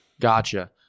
Gotcha